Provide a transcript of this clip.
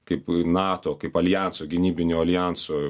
kaip nato kaip aljanso gynybinių aljansų